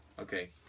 Okay